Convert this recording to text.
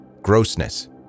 Grossness